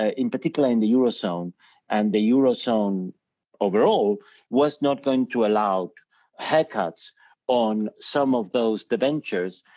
ah in particular in the eurozone and the eurozone overall was not going to allow haircuts on some of those debentures.